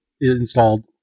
installed